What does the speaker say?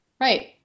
right